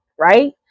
Right